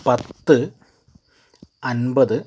പത്ത് അൻപത്